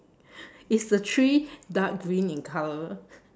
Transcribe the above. is the tree dark green in colour